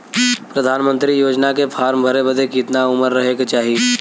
प्रधानमंत्री योजना के फॉर्म भरे बदे कितना उमर रहे के चाही?